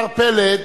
15 בעד,